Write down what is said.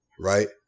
right